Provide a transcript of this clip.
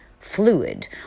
fluid